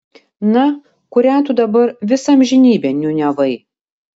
na kurią tu dabar visą amžinybę niūniavai